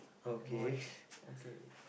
and watch okay